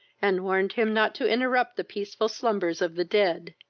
and warned him not to interrupt the peaceful slumbers of the dead.